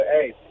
hey